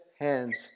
hands